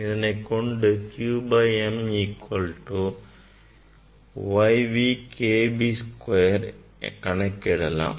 இதனைக் கொண்டு q by m equal to Y V K B square கணக்கிடலாம்